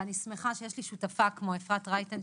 ואני שמחה שיש לי שותפה כמו אפרת רייטן,